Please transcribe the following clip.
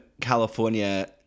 california